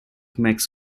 max